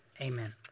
Amen